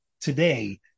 today